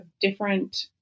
different